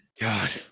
god